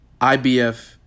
IBF